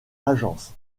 agences